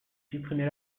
supprimez